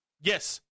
Yes